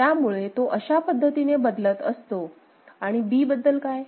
त्यामुळे तो अशा पद्धतीने बदलत असतो आणि B बद्दल काय